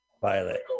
Violet